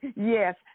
Yes